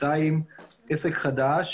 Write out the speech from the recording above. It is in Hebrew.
שתיים, עסק חדש